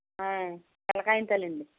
అయి తెల్ల కాగితాలు అండి